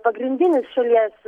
pagrindinis šalies